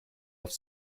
auf